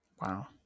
Wow